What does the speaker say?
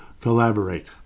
Collaborate